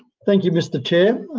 thank you, mr chair.